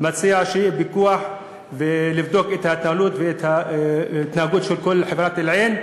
אני מציע שיהיה פיקוח שיבדוק את כל ההתנהלות וההתנהגות של חברת אל-עין,